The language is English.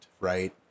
right